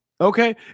okay